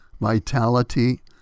vitality